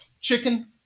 chicken